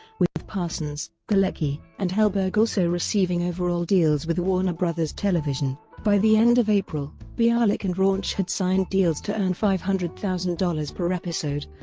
with parsons, galecki, and helberg also receiving overall deals with warner bros. television. by the end of april, bialik and rauch had signed deals to earn five hundred thousand dollars per episode,